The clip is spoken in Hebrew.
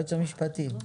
היועץ המשפטי.